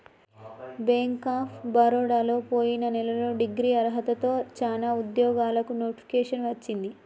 bank of బరోడలో పొయిన నెలలో డిగ్రీ అర్హతతో చానా ఉద్యోగాలకు నోటిఫికేషన్ వచ్చింది